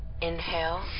Inhale